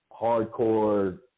hardcore